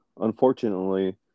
unfortunately